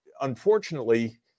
unfortunately